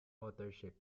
authorship